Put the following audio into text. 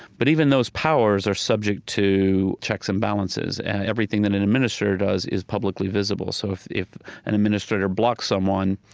but even those powers are subject to checks and balances. and everything that an administrator does is publicly visible. so if if an administrator blocks someone,